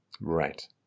Right